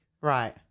Right